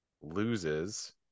loses